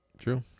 true